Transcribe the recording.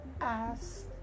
asked